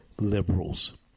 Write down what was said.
liberals